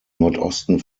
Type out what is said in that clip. nordosten